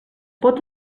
pot